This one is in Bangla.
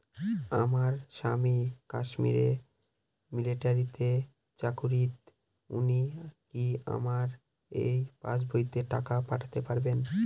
আমার স্বামী কাশ্মীরে মিলিটারিতে চাকুরিরত উনি কি আমার এই পাসবইতে টাকা পাঠাতে পারবেন?